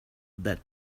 that